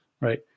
right